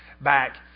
back